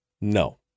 No